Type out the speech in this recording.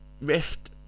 Rift